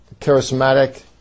charismatic